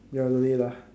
ya don't need lah